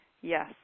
Yes